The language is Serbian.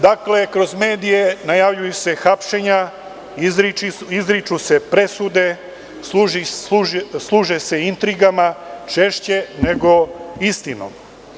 Dakle, kroz medije se najavljuju hapšenja, izriču se presude i služi se intrigama češće nego istinom.